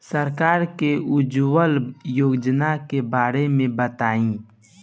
सरकार के उज्जवला योजना के बारे में बताईं?